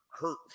hurt